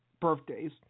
birthdays